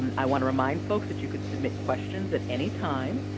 i want to remind folks that you can submit questions at any time.